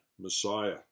Messiah